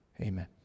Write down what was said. Amen